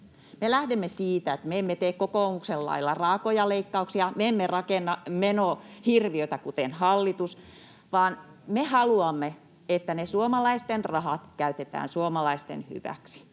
lähdemme siitä, että me emme tee kokoomuksen lailla raakoja leikkauksia. Me emme rakenna menohirviötä kuten hallitus, vaan me haluamme, että suomalaisten rahat käytetään suomalaisten hyväksi,